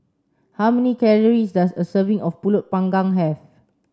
how many calories does a serving of Pulut panggang have